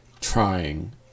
trying